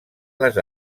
les